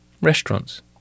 restaurants